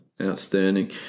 Outstanding